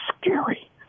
scary